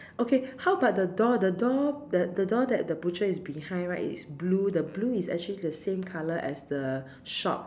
okay how about the door the door the the door that the butcher is behind right is blue the blue is actually the same color as the shop